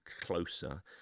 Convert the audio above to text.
closer